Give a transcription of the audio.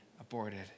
aborted